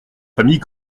famille